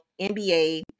NBA